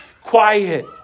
Quiet